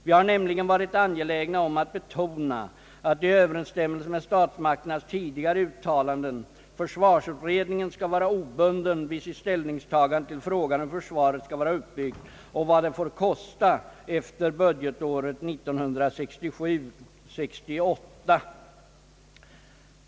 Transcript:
Vi har nämligen varit angelägna om att betona att försvarsutredningen i överensstämmelse med statsmakternas tidigare uttalanden skall vara obunden i sitt ställningstagande till frågan om hur försvaret skall vara uppbyggt och vad det får kosta efter budgetåret 1967/68.